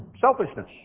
Selfishness